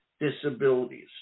disabilities